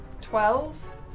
twelve